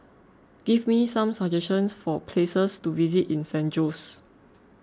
give me some suggestions for places to visit in San Jose